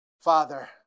Father